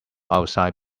outside